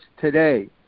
today